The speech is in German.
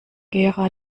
gera